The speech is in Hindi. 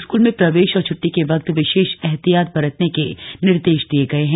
स्कूल में प्रवेश और छुट्टी के वक्त विशेष ऐहतियात बरतने के निर्देश दिए गए हैं